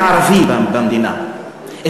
כערבי במדינה,